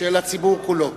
של הציבור כולו.